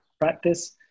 practice